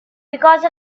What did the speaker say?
because